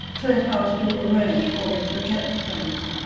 tate house do arrange for me to get to things.